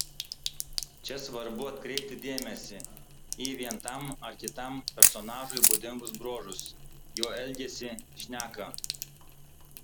čia svarbu atkreipti dėmesį į vien tam ar kitam personažui būdingus bruožus jo elgesį šneką